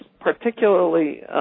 particularly